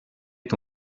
est